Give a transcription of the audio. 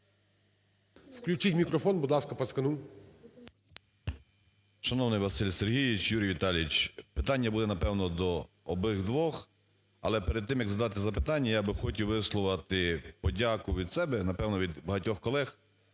Включіть мікрофон, будь ласка, Пацкану. 13:58:33 ПАЦКАН В.В. Шановний Василь Сергійович, Юрій Віталійович, питання буде, напевно, до обох, двох. Але перед тим, як задати запитання, я би хотів висловити подяку від себе і, напевно, від багатьох колег